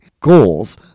goals